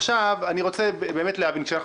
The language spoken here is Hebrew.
עכשיו אני רוצה באמת להבין: כשאנחנו